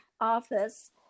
office